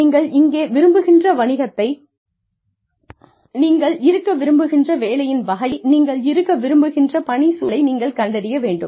நீங்கள் இருக்க விரும்புகின்ற வணிகத்தை நீங்கள் இருக்க விரும்புகின்ற வேலையின் வகையை நீங்கள் இருக்க விரும்புகின்ற பணிச்சூழலை நீங்கள் கண்டறிய வேண்டும்